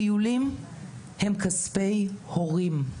טיולים הם כספי הורים,